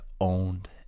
owned